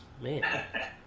Man